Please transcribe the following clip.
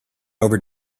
over